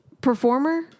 performer